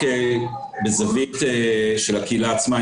רק מזווית של הקהילה עצמה,